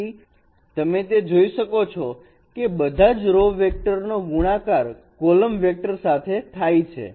તેથી તમે તે જોઈ શકો છો કે બધા જ રો વેકટર નો ગુણાકાર કોલમ વેક્ટર સાથે થાય છે